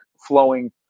flowing